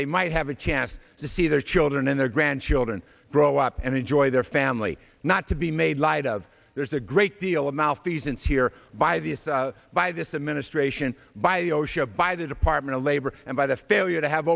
they might have a chance to see their children and their grandchildren grow up and enjoy their family not to be made light of there's a great deal of malfeasance here by this by this administration by osha by the department of labor and by the failure to have